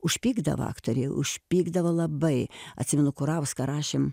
užpykdavo aktoriai užpykdavo labai atsimenu kurauską rašėm